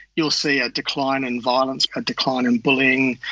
you'll see a decline in violence, a decline in bullying,